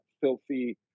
filthy